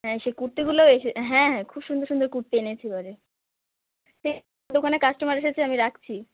হ্যাঁ সে কুর্তিগুলোও এসে হ্যাঁ হ্যাঁ খুব সুন্দর সুন্দর কুর্তি এনেছি এবারে দোকানে কাস্টমার এসেছে আমি রাখছি